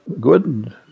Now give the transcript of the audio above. Good